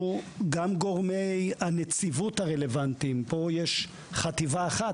גם גורמי הנציבות הרלוונטיים פה יש חטיבה אחת,